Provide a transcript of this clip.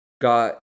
got